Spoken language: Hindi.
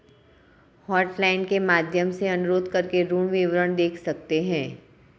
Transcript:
हॉटलाइन के माध्यम से अनुरोध करके ऋण विवरण देख सकते है